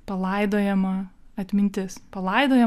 palaidojama atmintis palaidojam